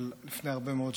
לפני הרבה מאוד שנים.